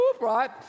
right